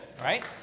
right